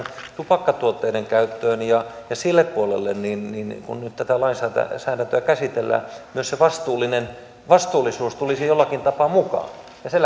tupakkatuotteiden käyttöön ja ja sille puolelle kun nyt tätä lainsäädäntöä lainsäädäntöä käsitellään myös se vastuullisuus tulisi jollakin tapaa mukaan ja se